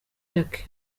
jackie